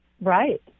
Right